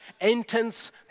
intense